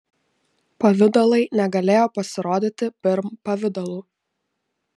pavidalai negalėjo pasirodyti pirm pavidalų